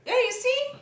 ya you see